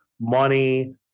money